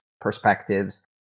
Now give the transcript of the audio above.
perspectives